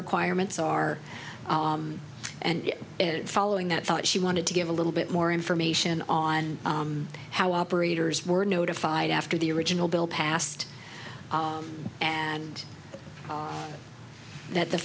requirements are and following that thought she wanted to give a little bit more information on how operators were notified after the original bill passed and that the